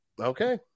Okay